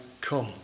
come